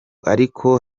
ariko